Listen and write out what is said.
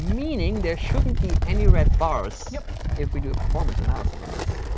meaning there shouldn't be any red bars if we do a performance analysis on this.